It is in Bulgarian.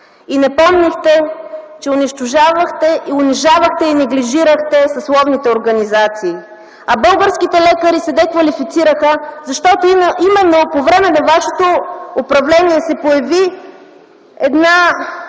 не помните, че унищожавахте, унижавахте и неглижирахте съсловните организации, а българските лекари се деквалифицираха, защото именно по време на вашето управление се появи една